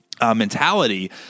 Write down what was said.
mentality